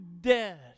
dead